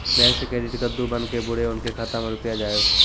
Bank से credit कद्दू बन के बुरे उनके खाता मे रुपिया जाएब?